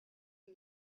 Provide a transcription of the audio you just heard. you